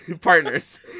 partners